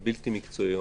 בלתי מקצועיות,